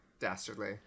dastardly